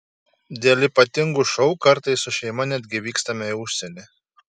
dėl ypatingų šou kartais su šeima netgi vykstame į užsienį